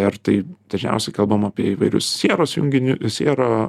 ir tai dažniausiai kalbam apie įvairius sieros junginiu siero